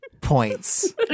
points